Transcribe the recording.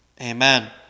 Amen